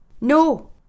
no